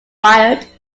part